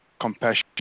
compassion